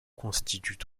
constituent